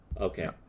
okay